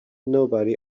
nobody